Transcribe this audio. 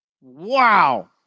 Wow